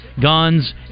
guns